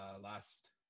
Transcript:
last